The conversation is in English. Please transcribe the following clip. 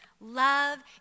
Love